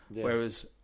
Whereas